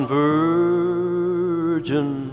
virgin